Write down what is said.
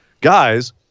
guys